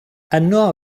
yno